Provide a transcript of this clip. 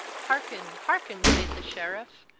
hearken, hearken, sayd the sheriffe,